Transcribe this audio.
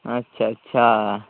अच्छा अच्छा